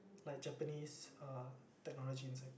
like Japanese uh technology inside